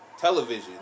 Television